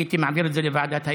הייתי מעביר את זה לוועדת האתיקה,